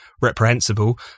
reprehensible